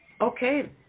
Okay